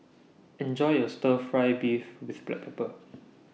Enjoy your Stir Fry Beef with Black Pepper